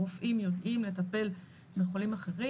רופאים יודעים לטפל בחולים אחרים,